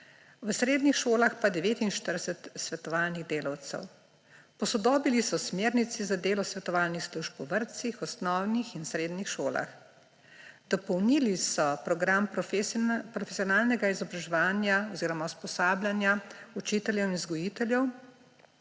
v srednjih šolah pa 49 svetovalnih delavcev. Posodobili so smernice za delo svetovalnih služb v vrtcih, osnovnih in srednjih šolah. Dopolnili so program profesionalnega izobraževanja oziroma usposabljanja učitelje in vzgojiteljev,